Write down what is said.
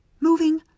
moving